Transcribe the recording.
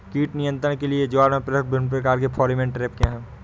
कीट नियंत्रण के लिए ज्वार में प्रयुक्त विभिन्न प्रकार के फेरोमोन ट्रैप क्या है?